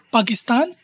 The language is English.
Pakistan